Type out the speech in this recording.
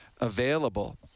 available